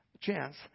chance